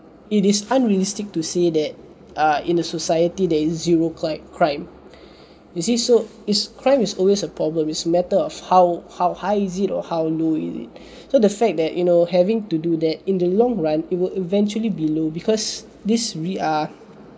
it is unrealistic to say that err in a society there is zero cl~ crime you see so its crime is always a problem is matter of how how high is it or how low is it so the fact that you know having to do that in the long run it would eventually be low because this re~ err